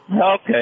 Okay